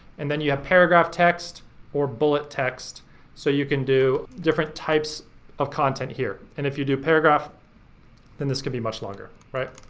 and then you have paragraph text or bullet text so you can do different types of content here. and if you do paragraph then this can be much longer, right?